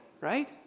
right